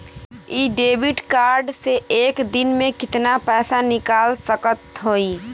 इ debit card से एक दिन मे कितना पैसा निकाल सकत हई?